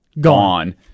gone